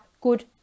good